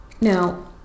Now